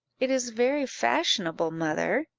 it is very fashionable, mother.